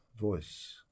voice